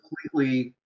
completely